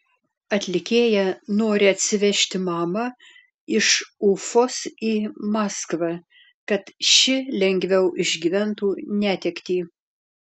atlikėja nori atsivežti mamą iš ufos į maskvą kad ši lengviau išgyventų netektį